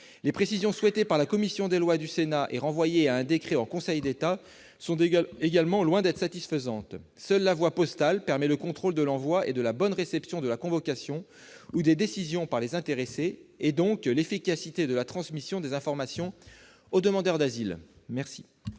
Les précisions souhaitées par la commission des lois du Sénat et renvoyées à un décret en Conseil d'État sont également loin d'être satisfaisantes. Seule la voie postale permet le contrôle de l'envoi et de la bonne réception de la convocation ou des décisions par les intéressés et garantit, donc, l'efficacité de la transmission des informations aux demandeurs d'asile.